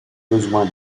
besoin